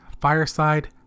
fireside